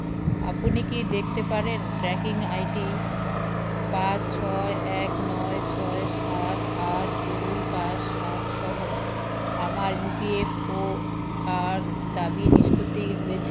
আপনি কি দেখতে পারেন ট্র্যাকিং আই ডি পাঁচ ছয় এক নয় ছয় সাত আট দুই পাঁচ সাত সহ আমার ই পি এফ ও আর দাবি নিষ্প্তি হয়েছে কি না